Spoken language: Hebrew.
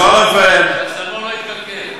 בכל אופן, לא יתקלקל.